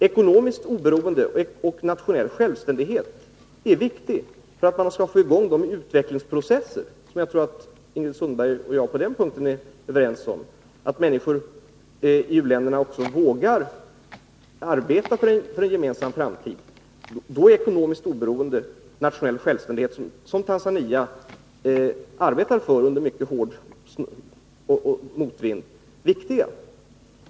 Ekonomiskt oberoende och nationell självständighet är viktiga för att man skall få i gång de utvecklingsprocesser som Ingrid Sundberg och jag är överens om och som gör att människor i u-länderna också vågar arbeta för en gemensam framtid. Då är ekonomiskt oberoende och nationell självständighet, som Tanzania arbetar för i mycket hård motvind, viktiga.